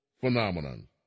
phenomenon